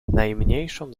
najmniejszą